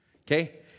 Okay